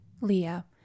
Leah